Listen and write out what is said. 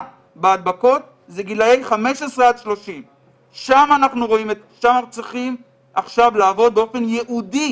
בהדבקות זה גילאי 15 עד 30. שם אנחנו צריכים עכשיו לעבוד באופן ייעודי,